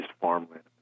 farmland